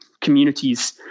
communities